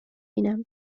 بینم